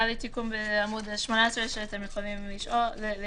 היה לי תיקון בעמוד 18 שאתם יכולים לראות.